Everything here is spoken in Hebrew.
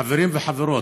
חברים וחברות,